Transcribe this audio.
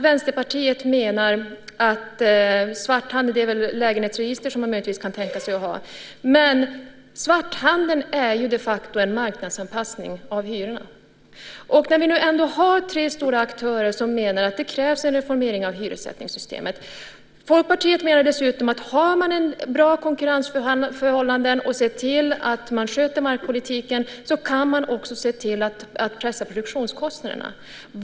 Vänsterpartiet menar att man möjligtvis kan tänka sig att ha lägenhetsregister. Men svarthandeln är de facto en marknadsanpassning av hyrorna. Vi har tre stora aktörer som menar att det krävs en reformering av hyressättningssystemet. Folkpartiet menar dessutom att om man har bra konkurrensförhållanden och ser till att man sköter markpolitiken kan man också se till att pressa produktionskostnaderna.